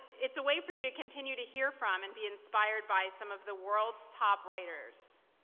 it's a way for you to continue to hear from and be inspired by some of the world's top writers.